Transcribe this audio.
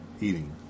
eating